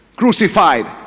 crucified